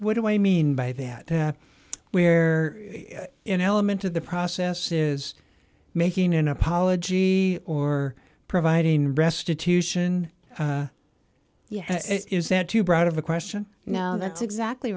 what do i mean by that where an element to the process is making an apology or providing restitution is that too broad of a question now that's exactly